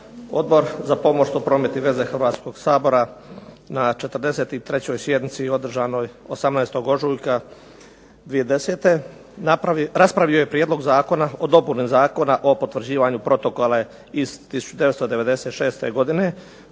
Odbor za pomorstvo, promet i veze Hrvatskoga sabora na 43. sjednici održanoj 18. ožujka 2010. raspravio je Prijedlog zakona o dopuni Zakona o potvrđivanju Protokola iz 1996. godine